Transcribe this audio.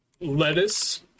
lettuce